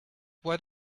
what